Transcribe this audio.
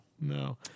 No